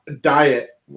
diet